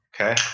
Okay